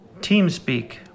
TeamSpeak